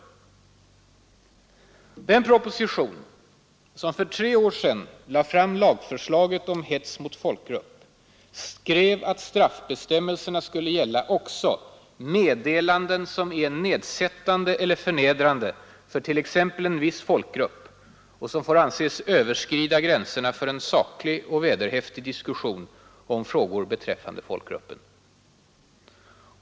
I den proposition där lagförslaget om hets mot folkgrupp lades fram för tre år sedan framhölls det att straffbestämmelserna skulle gälla också ”meddelanden som är nedsättande eller förnedrande för t.ex. en viss folkgrupp och som får anses överskrida gränserna för en saklig och vederhäftig diskussion om frågor beträffande folkgruppen”.